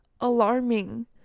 alarming